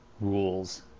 rules